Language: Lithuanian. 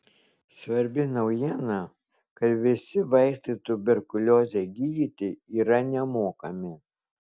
svarbi naujiena kad visi vaistai tuberkuliozei gydyti yra nemokami